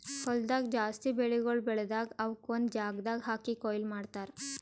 ಹೊಲ್ದಾಗ್ ಜಾಸ್ತಿ ಬೆಳಿಗೊಳ್ ಬೆಳದಾಗ್ ಅವುಕ್ ಒಂದು ಜಾಗದಾಗ್ ಹಾಕಿ ಕೊಯ್ಲಿ ಮಾಡ್ತಾರ್